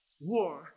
war